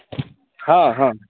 हॅं हॅं